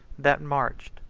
that marched,